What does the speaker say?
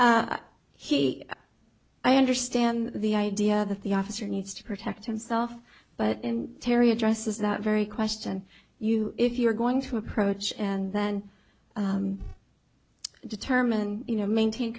just he i understand the idea that the officer needs to protect himself but terry addresses that very question you if you're going to approach and then determine you know maintain